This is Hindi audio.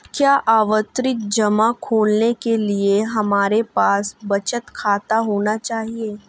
क्या आवर्ती जमा खोलने के लिए हमारे पास बचत खाता होना चाहिए?